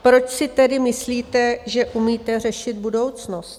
Proč si tedy myslíte, že umíte řešit budoucnost?